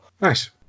Nice